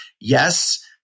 yes